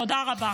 תודה רבה.